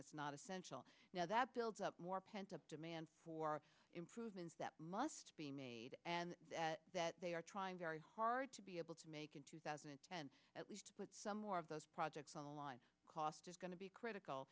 that's not essential now that builds up more pent up demand for improvements that must be made and that they are trying very hard to be able to make in two thousand and ten at least with some more of those projects on the line cost is going to be critical